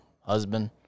husband